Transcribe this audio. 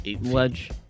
ledge